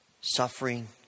suffering